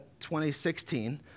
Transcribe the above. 2016